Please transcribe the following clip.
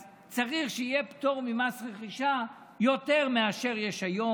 אז צריך שיהיה פטור ממס רכישה יותר מאשר יש היום,